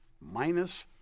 Minus